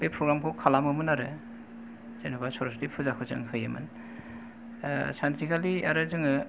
बे फग्राम खौ खालामोमोन आरो जेनबा सरसथि फुजाखौ जो होयोमोन ओ सानसेखालि आरो जोङो